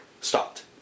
stopped